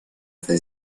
это